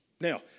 Now